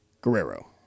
Guerrero